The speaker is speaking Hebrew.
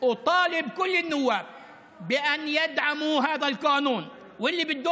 דברים בשפה הערבית, להלן תרגומם: ולכן,